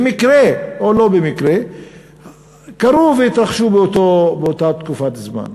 במקרה או לא במקרה הדברים קרו והתרחשו באותה תקופת זמן.